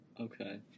Okay